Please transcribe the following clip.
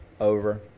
over